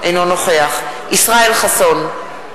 אינו נוכח ישראל חסון,